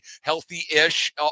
healthy-ish